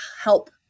help